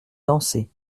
danser